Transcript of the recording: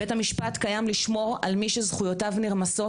בית המשפט קיים לשמור על מי שזכויותיו נרמסות,